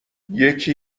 یکی